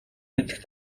мэдэх